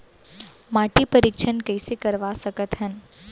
माटी परीक्षण कइसे करवा सकत हन?